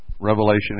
Revelation